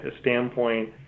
standpoint